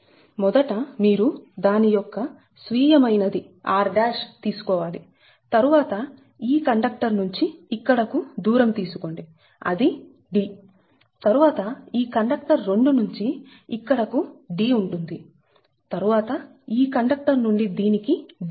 √2d14 మొదట మీరు దాని యొక్క స్వీయమైనది r తీసుకోవాలి తరువాత ఈ కండక్టర్ నుండి ఇక్కడకు దూరం తీసుకోండి అది d తరువాత ఈ కండక్టర్ 2 నుండి ఇక్కడకు d ఉంటుంది తరువాత ఈ కండక్టర్ నుండి దీనికి d